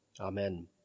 Amen